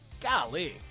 Golly